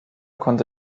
konnte